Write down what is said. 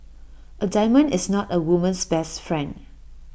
A diamond is not A woman's best friend